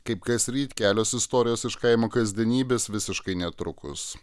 kaip kasryt kelios istorijos iš kaimo kasdienybės visiškai netrukus